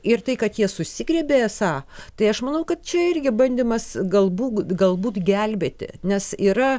ir tai kad jie susigriebė esą tai aš manau kad čia irgi bandymas galbūt galbūt gelbėti nes yra